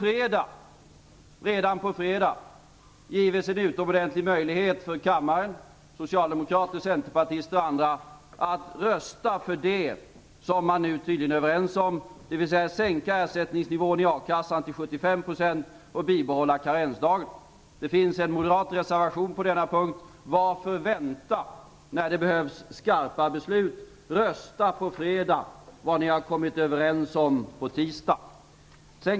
Redan på fredag gives en utomordentlig möjlighet för kammaren, för socialdemokrater, centerpartister och andra, att rösta för det som man nu tydligen är överens om, dvs. att sänka ersättningsnivån i a-kassan till 75 % och bibehålla karensdagen. Det finns en moderat reservation på denna punkt. Varför vänta, när det behövs skarpa beslut? Rösta på fredag för vad ni kom överens om i tisdags!